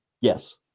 yes